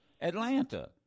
Atlanta